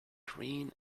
green